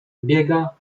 biega